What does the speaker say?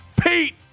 Pete